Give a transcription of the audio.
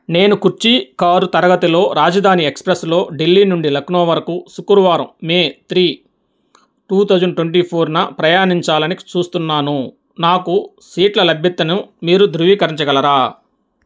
నేను కుర్చీ కారు తరగతిలో రాజధాని ఎస్ప్రెస్లో ఢిల్లీ నుండి లక్నో వరకు శుక్రవారం May three two thousand twenty ఫోర్న ప్రయాణించాలని చూస్తున్నాను నాకు సీట్ల లభ్యతను మీరు ధృవీకరించగలరా